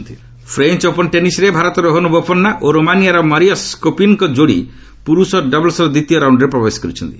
French Open French Open ଟେନିସ୍ରେ ଭାରତର ରୋହନ ବୋପାନ୍ନା ଓ ରୋମାନିଆର ମାରିୟସ୍ କୋପିନ୍ଙ୍କ ଯୋଡ଼ି ପୁରୁଷ ଡବଲ୍ସ୍ର ଦ୍ୱିତୀୟ ରାଉଣ୍ଡରେ ପ୍ରବେଶ କରିଛନ୍ତି